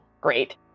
great